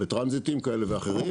בטרנזיטים כאלה ואחרים,